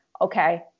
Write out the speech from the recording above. Okay